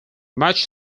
much